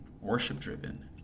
worship-driven